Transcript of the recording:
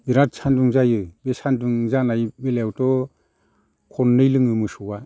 बिराद सानदुं जायो बे सानदुं जानाय बेलायावथ' खननै लोङो मोसौआ